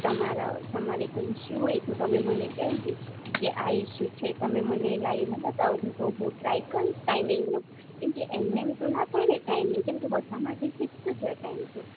તમારા તમારે કંઈ ઇસ્યુ હોય તો તમે મને કહેજો કે આ ઇસ્યુ છે તમે મને લાવીને બતાવજો તો હું ટ્રાઇ કરીશ ટાઈમિંગનો કેમકે એમ નેમ તો ના થાય ને ટાઈમિંગ કેમકે બધા માટે ફિક્સ જ હોય ટાઈમ તો